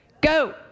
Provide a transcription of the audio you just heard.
Go